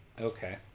Okay